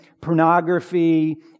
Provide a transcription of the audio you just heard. pornography